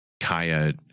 Kaya